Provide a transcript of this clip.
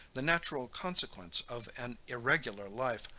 the natural consequence of an irregular life,